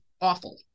awful